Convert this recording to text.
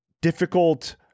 difficult